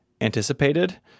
anticipated